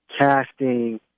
casting